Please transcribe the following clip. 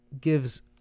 gives